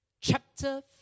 Chapter